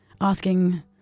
asking